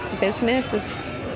business